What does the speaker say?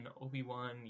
Obi-Wan